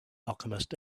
alchemist